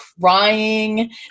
crying